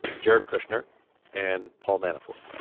jared kushner and paul manafort.